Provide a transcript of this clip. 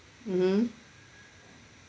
mmhmm